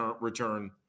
return